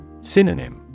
Synonym